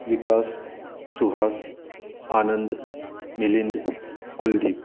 विकास सुहास आनंद मिलिंद कुलदीप